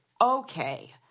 okay